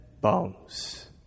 bones